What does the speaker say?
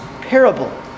parable